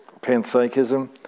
panpsychism